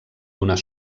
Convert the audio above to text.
donar